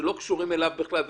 שלא קשורים אליו בכלל.